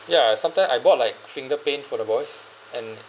ya sometime I bought like finger paint for the boys and